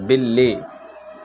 بلی